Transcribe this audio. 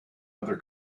other